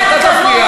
מה זה הדבר הזה?